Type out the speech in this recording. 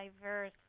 diverse